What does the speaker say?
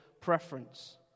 preference